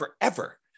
forever